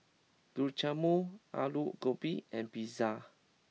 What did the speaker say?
Guacamole Alu Gobi and Pizza